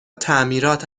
تعمیرات